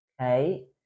okay